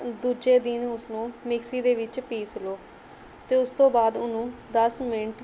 ਦੂਜੇ ਦਿਨ ਉਸ ਨੂੰ ਮਿਕਸੀ ਦੇ ਵਿੱਚ ਪੀਸ ਲਉ ਅਤੇ ਉਸ ਤੋਂ ਬਾਅਦ ਉਹਨੂੰ ਦਸ ਮਿੰਟ